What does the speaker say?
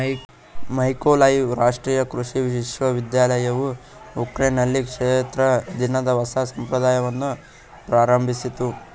Mykolaiv ರಾಷ್ಟ್ರೀಯ ಕೃಷಿ ವಿಶ್ವವಿದ್ಯಾಲಯವು ಉಕ್ರೇನ್ನಲ್ಲಿ ಕ್ಷೇತ್ರ ದಿನದ ಹೊಸ ಸಂಪ್ರದಾಯವನ್ನು ಪ್ರಾರಂಭಿಸಿತು